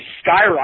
skyrocket